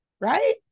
Right